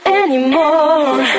anymore